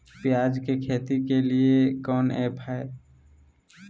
प्याज के खेती के लिए कौन ऐप हाय?